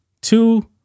two